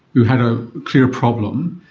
who had a clear problem,